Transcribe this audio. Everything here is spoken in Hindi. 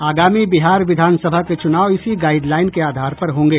आगामी बिहार विधान सभा के चुनाव इसी गाइडलाइन के आधार पर होंगे